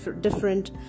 different